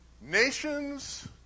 nations